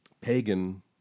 pagan